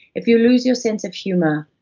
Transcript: if you lose your sense of humor,